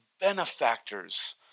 benefactors